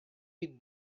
with